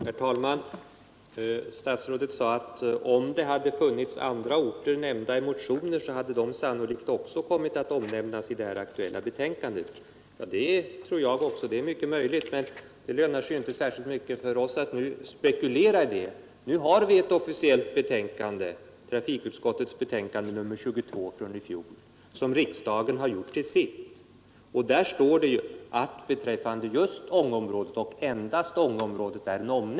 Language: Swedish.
Herr talman! Statsrådet sade att om det hade väckts motioner beträffande andra orter hade de sannolikt också nämnts i betänkandet. Det tror jag också, men det lönar sig inte särskilt mycket för oss att spekulera i det. Nu har vi ett officiellt betänkande, trafikutskottets betänkande nr 22 från i fjol, som riksdagen har gjort till sitt och där endast Ångeområdet är nämnt.